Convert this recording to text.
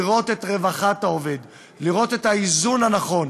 לראות את רווחת העובד, לראות את האיזון הנכון